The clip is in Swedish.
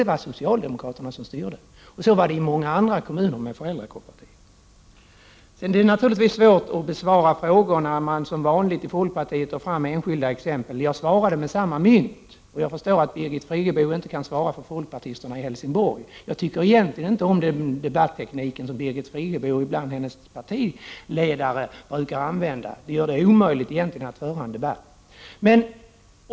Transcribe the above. Det var socialdemokraterna som styrde Göteborg, och så var det också i många andra kommuner som hade föräldrakooperativ. Det är naturligtvis svårt att besvara frågor som gäller enskilda fall. Ni i folkpartiet gör som vanligt — dvs. ni tar fram enskilda fall. Jag svarade så att säga med samma mynt. Men jag förstår att Birgit Friggebo inte kan svara för hur det förhåller sig med folkpartisterna i Helsingborg. Jag tycker alltså egentligen inte om den debatteknik som Birgit Friggebo, och ibland även folkpartiledaren, använder sig av. Er debatteknik gör det omöjligt att föra en debatt.